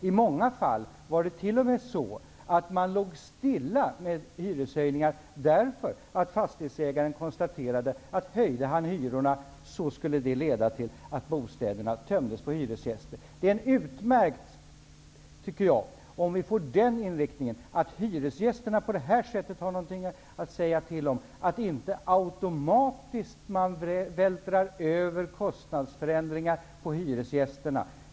I många fall var det t.o.m. så att man låg stilla med hyreshöjningarna, därför att fastighetsägarna konstaterade att en hyreshöjning skulle leda till att bostäderna tömdes på hyresgäster. Det vore utmärkt om vi fick den inriktningen att hyresgästerna på detta sätt har någonting att säga till om och man inte automatiskt vältrar över kostnadsförändringarna på hyresgästerna.